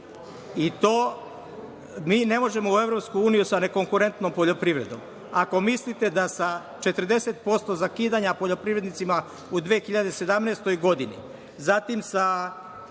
Mi ne možemo u EU sa nekonkurentnom poljoprivredom. Ako mislite da sa 40% zakidanja poljoprivrednicima u 2017. godini, zatim sa